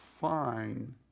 fine